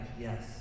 yes